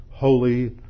holy